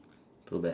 too bad